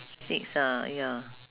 six ah ya